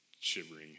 shivering